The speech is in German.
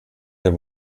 der